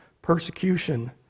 Persecution